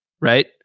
right